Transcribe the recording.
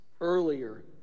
Earlier